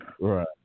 right